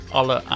alle